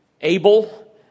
Abel